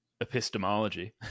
epistemology